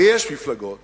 ויש מפלגות